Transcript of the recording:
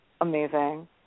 amazing